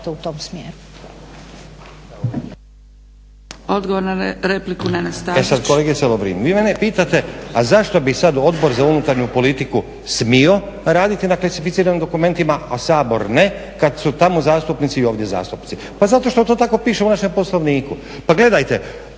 u tom smjeru.